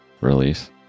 release